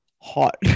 hot